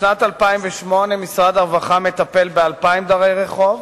בשנת 2008 טיפל משרד הרווחה ב-2,000 דרי רחוב,